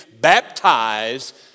baptized